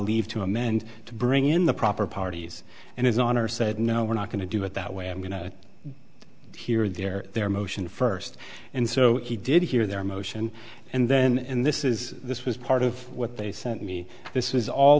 leave to amend to bring in the proper parties and his honor said no we're not going to do it that way i'm going to hear their their motion first and so he did hear their motion and then and this is this was part of what they sent me this is all